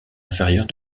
inférieure